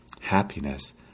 happiness